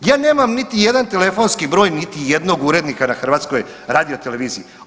Ja nemam niti jedan telefonski broj niti jednog urednika na HRT-u.